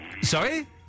Sorry